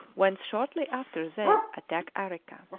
whence shortly after they attack arica.